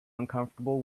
uncomfortable